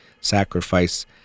sacrifice